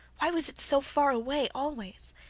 why was it so far away always?